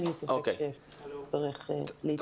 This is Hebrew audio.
תודה.